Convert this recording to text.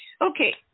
Okay